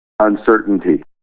uncertainty